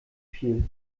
viel